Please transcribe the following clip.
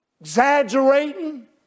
Exaggerating